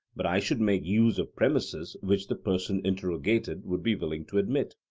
but i should make use of premises which the person interrogated would be willing to admit.